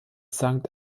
sankt